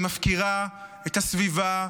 והיא מפקירה את הסביבה,